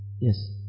Yes